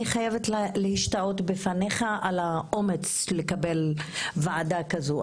אני חייבת להשתאות בפניך על האומץ לקבל ועדה כזאת.